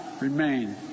remain